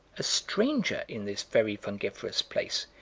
a stranger in this very fungiferous place,